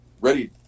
ready